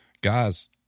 Guys